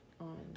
on